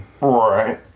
right